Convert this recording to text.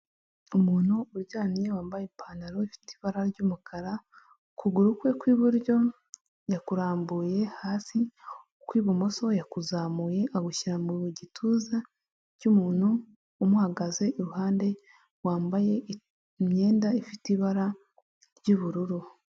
Umuntu uryamye wambaye ipantaro ifite ibara ry'umukara ukuguru kwe kw'iburyo yakurambuye hasi ukw'ibumoso yakuzamuye agushyira mu gituza cy’umuntu umuhagaze iruhande wambaye imyenda ifite ibara ry'ubururu.